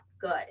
good